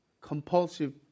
compulsive